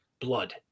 blood